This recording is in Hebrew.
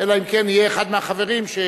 במקום ציבורי לאזרח ותיק